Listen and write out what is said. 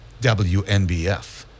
WNBF